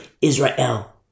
Israel